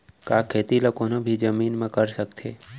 का खेती ला कोनो भी जमीन म कर सकथे?